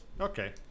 Okay